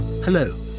Hello